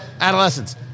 Adolescents